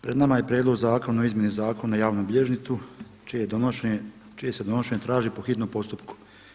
Pred nama je Prijedlog zakona o izmjeni Zakona o javnom bilježništvu čije se donošenje traži po hitnom postupku.